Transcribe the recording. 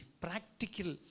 practical